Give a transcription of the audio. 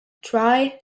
try